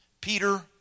Peter